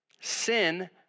sin